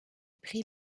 pris